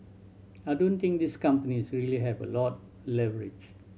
I don't think these companies really have a lot leverage